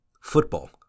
football